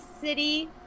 city